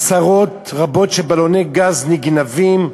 עשרות רבות של בלוני גז נגנבים,